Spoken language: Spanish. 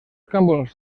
campos